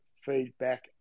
feedback